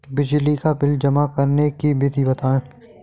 बिजली का बिल जमा करने की विधि बताइए?